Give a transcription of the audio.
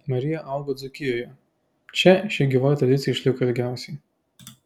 marija augo dzūkijoje čia ši gyvoji tradicija išliko ilgiausiai